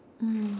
mm